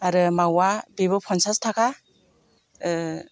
आरो मावा बेबो पन्सास थाखा